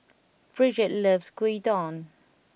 Bridgett loves Gyudon